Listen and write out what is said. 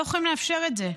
לא יכולים לאפשר את זה.